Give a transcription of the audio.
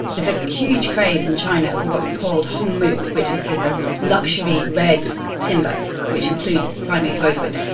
there's a huge craze in china for what's called hongmu, which is this luxury red timber which includes siamese rosewood,